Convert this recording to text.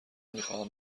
میخواهم